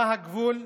מה הגבול?